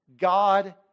God